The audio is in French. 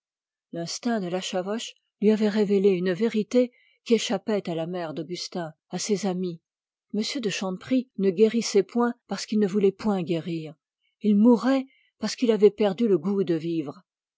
qui échappait à la mère d'augustin à ses amis m de chanteprie ne guérissait point parce qu'il ne voulait point guérir il mourait parce qu'il avait perdu le goût de vivre